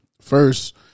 First